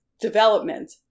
development